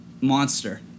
monster